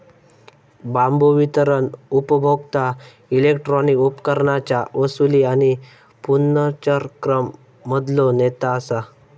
बांबू वितरण उपभोक्ता इलेक्ट्रॉनिक उपकरणांच्या वसूली आणि पुनर्चक्रण मधलो नेता असा